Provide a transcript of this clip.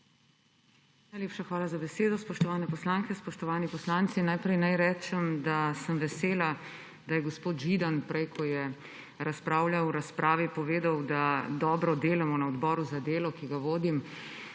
Najlepša hvala za besedo. Spoštovane poslanke, spoštovani poslanci! Najprej naj rečem, da sem vesela, da je gospod Židan prej, ko je razpravljal, v razpravi povedal, da dobro delamo na odboru za delo, ki ga vodim,